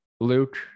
Luke